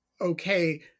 okay